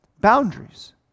boundaries